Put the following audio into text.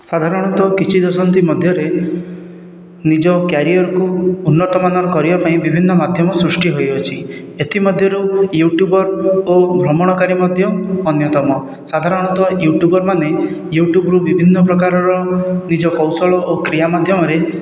ସାଧାରଣତଃ କିଛି ଦଶନ୍ଧି ମଧ୍ୟରେ ନିଜ କ୍ୟାରିୟରକୁ ଉନ୍ନତମାନର କରିବା ପାଇଁ ବିଭିନ୍ନ ମାଧ୍ୟମ ସୃଷ୍ଟି ହୋଇଅଛି ଏଥିମଧ୍ୟରୁ ୟୁଟ୍ୟୁବର ଓ ଭ୍ରମଣକାରୀ ମଧ୍ୟ ଅନ୍ୟତମ ସାଧାରଣତଃ ୟୁଟ୍ୟୁବର ମାନେ ୟୁଟ୍ୟୁବରୁ ବିଭିନ୍ନ ପ୍ରକାରର ନିଜ କୌଶଳ ଓ କ୍ରିୟା ମାଧ୍ୟମରେ